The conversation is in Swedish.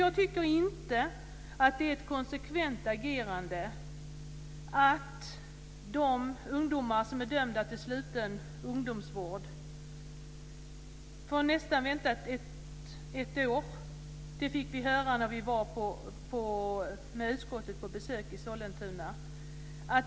Jag tycker inte att det är ett konsekvent agerande när ungdomar som är dömda till sluten ungdomsvård får vänta i nästan ett år. Det fick vi nämligen höra vid utskottets besök i Sollentuna.